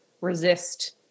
resist